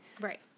Right